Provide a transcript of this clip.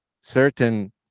certain